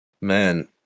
Man